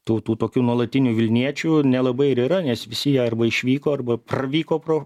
tų tų tokių nuolatinių vilniečių nelabai ir yra nes visi jie arba išvyko arba pravyko pro